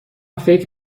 فکر